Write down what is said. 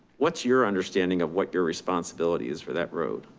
what's your understanding of what your responsibility is for that road?